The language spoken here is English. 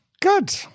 Good